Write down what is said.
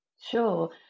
Sure